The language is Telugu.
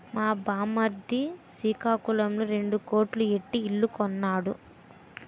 మా బామ్మర్ది సికాకులంలో రెండు కోట్లు ఎట్టి ఇల్లు కొన్నాడు